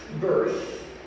birth